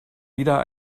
wieder